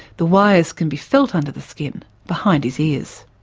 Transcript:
the wires can be felt under the skin behind his ears.